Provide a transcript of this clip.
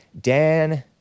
Dan